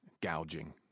gouging